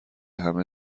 همه